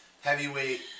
heavyweight